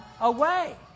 away